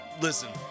listen